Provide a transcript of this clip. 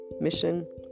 mission